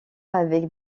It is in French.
avec